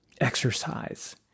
exercise